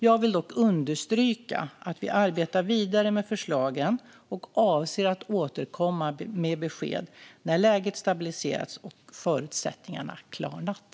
Jag vill dock understryka att vi arbetar vidare med förslagen och avser att återkomma med besked när läget stabiliserats och förutsättningarna klarnat.